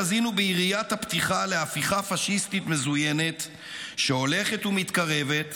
חזינו ביריית הפתיחה להפיכה פשיסטית מזוינת שהולכת ומתקרבת,